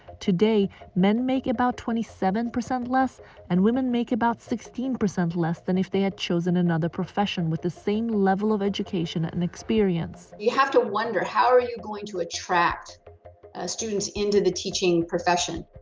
today, men make about twenty seven percent less and women make about sixteen percent less than if they had chosen another profession with the same level of education and experience. you have to wonder how are you going to attract students into the teaching profession?